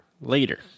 later